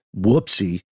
Whoopsie